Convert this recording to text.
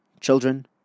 children